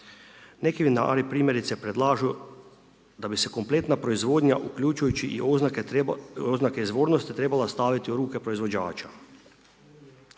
neki vinari primjerice predlažu da bi se kompletna proizvodnja, uključujući i oznake izvornosti, trebale staviti u ruke proizvođača.